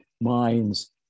minds